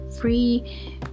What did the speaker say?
free